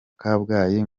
kabgayi